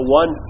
one